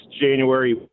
January